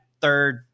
third